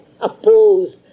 opposed